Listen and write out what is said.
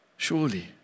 Surely